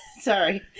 Sorry